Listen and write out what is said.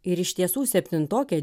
ir iš tiesų septintokė